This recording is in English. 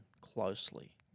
closely